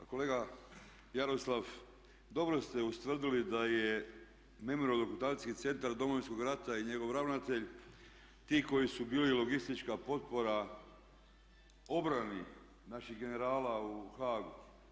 Pa kolega Jaroslav, dobro ste ustvrdili da je Memorijalno-dokumentacijski centar Domovinskog rata i njegov ravnatelj ti koji su bili logistička potpora obrani naših generala u Haagu.